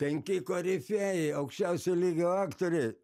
penki korifėjai aukščiausio lygio aktoriai